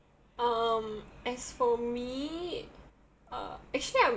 um as for me uh actually I'm